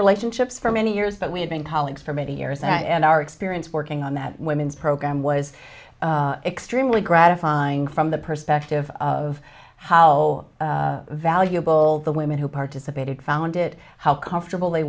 relationships for many years but we had been colleagues for many years and our experience of working on that women's program was extremely gratifying from the perspective of how valuable the women who participated found it how comfortable they